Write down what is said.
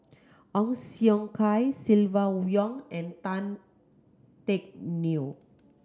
Ong Siong Kai Silvia Yong and Tan Teck Neo